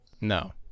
No